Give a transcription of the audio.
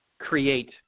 Create